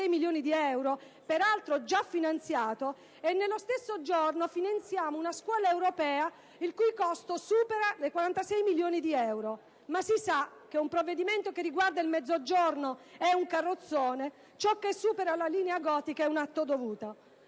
milioni di euro (peraltro già finanziati), dall'altro si finanzia una scuola europea, il cui costo supera i 46 milioni di euro. Ma si sa che un provvedimento che riguarda il Mezzogiorno è un carrozzone e ciò che supera la linea gotica» è un atto dovuto!